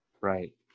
Right